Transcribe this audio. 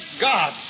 God